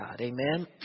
amen